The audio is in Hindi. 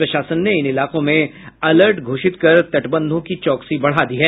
प्रशासन ने इन इलाकों में अलर्ट घोषित कर तटबंधों की चौकसी बढ़ा दी है